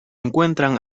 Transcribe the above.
encuentran